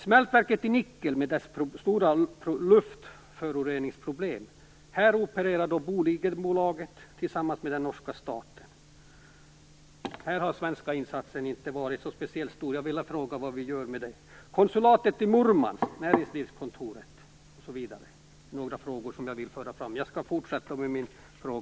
Smältverket i Nikel förorsakar stora luftföroreningsproblem. Här opererar Bolidenbolaget tillsammans med den norska staten. Den svenska insatsen har hittills inte varit så speciellt stor. Jag vill fråga hur man skall agera i det sammanhanget. Några andra frågor som jag vill föra fram gäller t.ex. konsulatet i Murmansk och näringslivskontoret.